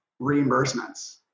reimbursements